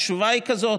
התשובה היא כזאת: